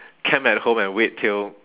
camp at home and wait till